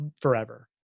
forever